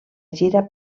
gira